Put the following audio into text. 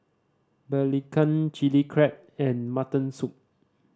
belacan Chili Crab and mutton soup